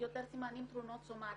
יותר סימנים של תלונות סומטיות,